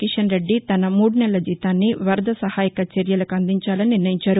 కిషన్రెడ్డి తన మూడు నెలల జీతాన్ని వరద సహాయక చర్యలకు అందించాలని నిర్ణయించారు